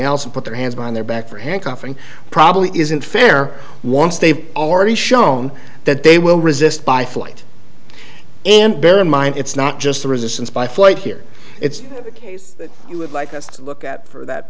else and put their hands behind their back for handcuffing probably isn't fair once they've already shown that they will resist by flight and bear in mind it's not just the resistance by flight here it's like that's a look at